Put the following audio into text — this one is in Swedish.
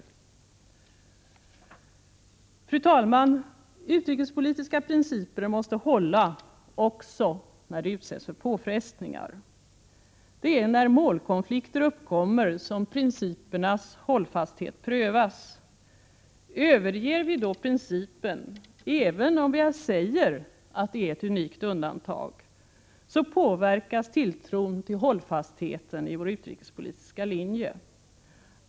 Fru talman! Utrikespolitiska principer måste hålla också när de utsätts för påfrestningar. Det är när målkonflikter uppkommer som principernas hållfasthet prövas. Överger vi då principen, även om vi säger att det är ett unikt undantag, påverkas tilltron till hållfastheten i vår utrikespolitiska linje.